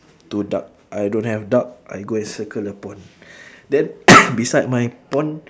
two duck I don't have duck I go and circle the pond then beside my pond